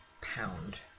pound